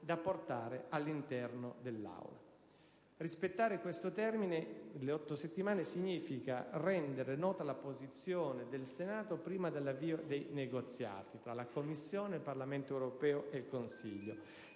dibattito nell'Aula del Senato. Rispettare il termine di otto settimane significa rendere nota la posizione del Senato prima dell'avvio dei negoziati tra la Commissione, il Parlamento europeo e il Consiglio.